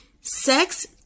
sex